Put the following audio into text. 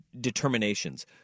determinations